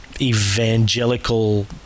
evangelical